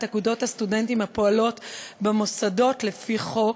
אגודות הסטודנטים הפועלות במוסדות לפי חוק,